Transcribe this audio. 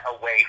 away